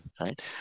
Right